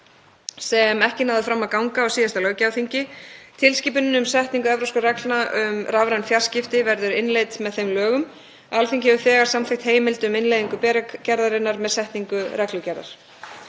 sem ekki náði fram að ganga á síðasta löggjafarþingi. Tilskipunin um setningu evrópskra reglna um rafræn fjarskipti verður innleidd með þeim lögum. Alþingi hefur þegar samþykkt heimild um innleiðingu BEREC-gerðarinnar með setningu reglugerðar.